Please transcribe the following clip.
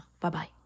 Bye-bye